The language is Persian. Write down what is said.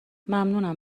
ممنونم